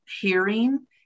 hearing